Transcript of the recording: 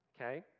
Okay